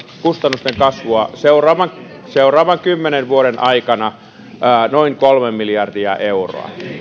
kustannusten kasvua seuraavan kymmenen vuoden aikana noin kolme miljardia euroa